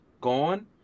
gone